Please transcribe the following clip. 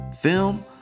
film